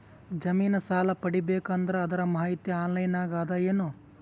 ಜಮಿನ ಸಾಲಾ ಪಡಿಬೇಕು ಅಂದ್ರ ಅದರ ಮಾಹಿತಿ ಆನ್ಲೈನ್ ನಾಗ ಅದ ಏನು?